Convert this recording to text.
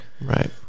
Right